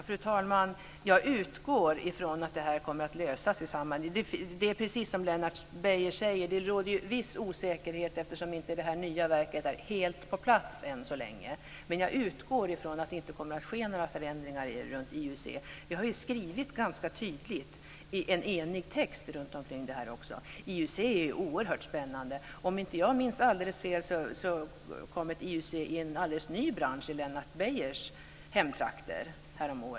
Fru talman! Jag utgår ifrån att detta kommer att lösa sig. Det är precis som Lennart Beijer säger, att det råder en viss osäkerhet eftersom det nya verket inte är helt på plats ännu. Men jag utgår ifrån att det inte kommer att ske några förändringar kring IUC. Vi har skrivit en ganska tydligt i en enig text om detta. IUC är ju oerhört spännande. Om inte jag minns alldeles fel kom ett IUC häromåret in i en alldeles ny bransch i Lennart Beijers hemtrakter.